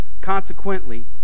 Consequently